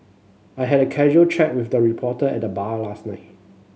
I had a casual chat with the reporter at the bar last night